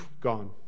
gone